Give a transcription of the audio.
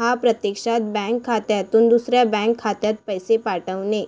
हा प्रत्यक्षात बँक खात्यातून दुसऱ्या बँक खात्यात पैसे पाठवणे